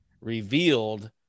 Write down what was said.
revealed